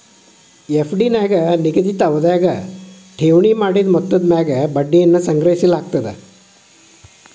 FD ನ್ಯಾಗ ನಿಗದಿತ ಅವಧ್ಯಾಗ ಠೇವಣಿ ಮಾಡಿದ ಮೊತ್ತದ ಮ್ಯಾಗ ಬಡ್ಡಿಯನ್ನ ಸಂಗ್ರಹಿಸಲಾಗ್ತದ